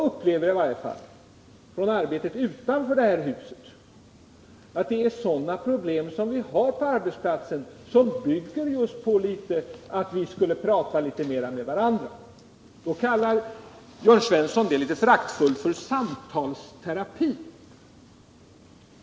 I mitt arbete utanför detta hus har jag upplevt att problemen på arbetsplatserna skulle vara mindre om vi pratade litet mer med varandra. Det kallar Jörn Svensson en smula föraktfullt för samtalsterapi.